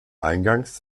eingangs